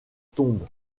tombe